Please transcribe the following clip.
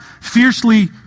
fiercely